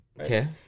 Okay